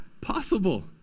possible